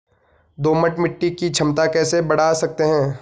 दोमट मिट्टी की क्षमता कैसे बड़ा सकते हैं?